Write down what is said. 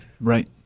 Right